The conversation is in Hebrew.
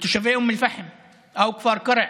לתושבי אום אל-פחם או כפר קרע